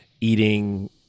eating